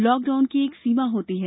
lockdown की एक सीमा होती है